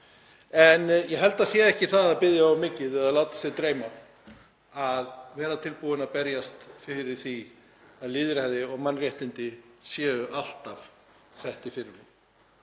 En ég held að það sé ekki að biðja of mikið eða láta sig dreyma að vera tilbúinn að berjast fyrir því að lýðræði og mannréttindi séu alltaf sett í fyrirrúm.